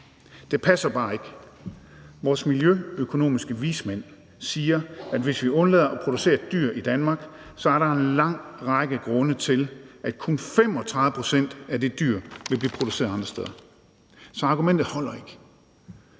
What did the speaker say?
Det passer bare ikke. Vores miljøøkonomiske vismænd siger, at hvis vi undlader at producere et dyr i Danmark, er der en lang række grunde til, at kun 35 pct. af det dyr vil blive produceret andre steder. Så argumentet holder ikke.